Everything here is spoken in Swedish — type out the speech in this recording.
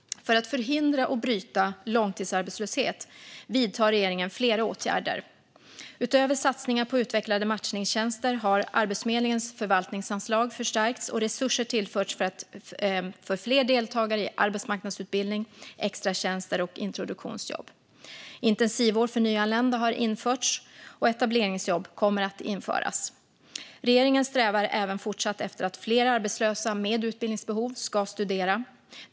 För att förhindra och bryta långtidsarbetslöshet vidtar regeringen flera åtgärder. Utöver satsningar på utvecklade matchningstjänster har Arbetsförmedlingens förvaltningsanslag förstärkts och resurser tillförts för fler deltagare i arbetsmarknadsutbildning, extratjänster och introduktionsjobb. Intensivår för nyanlända har införts, och etableringsjobb kommer att införas. Regeringen strävar även fortsatt efter att fler arbetslösa med utbildningsbehov ska studera.